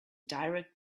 direct